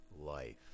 life